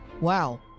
Wow